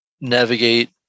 navigate